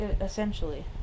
essentially